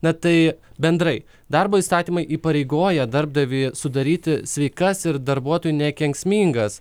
na tai bendrai darbo įstatymai įpareigoja darbdavį sudaryti sveikas ir darbuotojui nekenksmingas